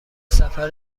سفر